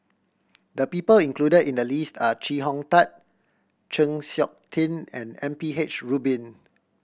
the people included in the list are Chee Hong Tat Chng Seok Tin and M P H Rubin